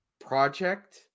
project